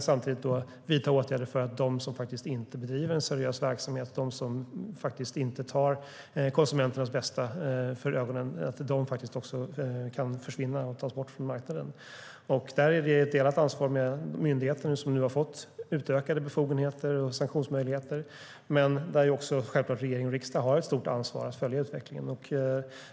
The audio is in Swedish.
Samtidigt måste man vidta åtgärder för att de som inte bedriver en seriös verksamhet och inte har konsumenternas bästa för ögonen ska bort från marknaden. Det är ett delat ansvar mellan myndigheter som har fått utökade befogenheter och sanktionsmöjligheter och regering och riksdag att följa utvecklingen.